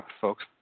folks